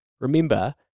Remember